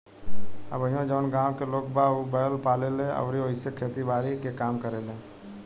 अभीओ जवन गाँव के लोग बा उ बैंल पाले ले अउरी ओइसे खेती बारी के काम करेलें